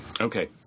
Okay